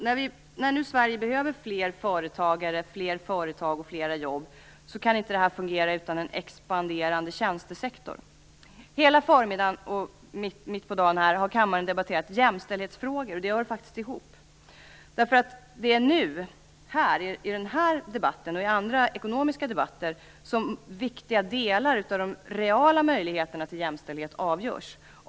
När nu Sverige behöver fler företagare, fler företag och fler jobb så kan inte det fungera utan en expanderande tjänstesektor. Hela förmiddagen och mitt på dagen har kammaren debatterat jämställdhetsfrågor. De här sakerna hör faktiskt ihop. Det är nämligen nu och här, i den här debatten och i andra ekonomiska debatter, som viktiga delar av de reala möjligheterna till jämställdhet avgörs.